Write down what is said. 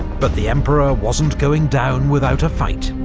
but the emperor wasn't going down without a fight.